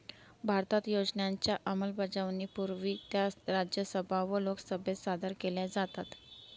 भारतात योजनांच्या अंमलबजावणीपूर्वी त्या राज्यसभा व लोकसभेत सादर केल्या जातात